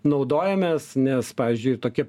naudojamės nes pavyzdžiui ir toki